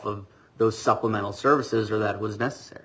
of those supplemental services or that was necessary